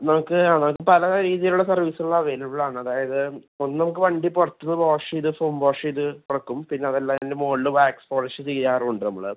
നമുക്ക് ആ നമുക്ക് പല രീതിയിലുള്ള സർവീസുകൾ അവൈലബിൾ ആണ് അതായത് ഒന്ന് നമുക്ക് വണ്ടി പുറത്ത് നിന്ന് വാഷ് ചെയ്ത് ഫോം വാഷ് ചെയ്ത് ഇറക്കും പിന്നെ അതല്ല ഇതിൻ്റെ മുകളിൽ വാക്സ് പോളിഷ് ചെയ്യാറുമുണ്ട് നമ്മൾ